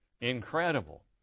Incredible